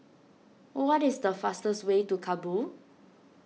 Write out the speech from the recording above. what is the fastest way to Kabul